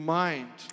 mind